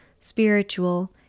spiritual